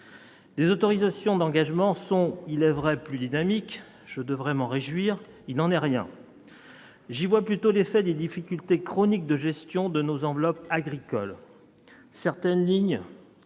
des autorisations d'engagement sont il est vrai plus dynamique, je devrais m'en réjouir, il n'en est rien, j'y vois plutôt l'effet des difficultés chroniques de gestion de nos enveloppes agricole certaines lignes